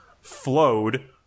flowed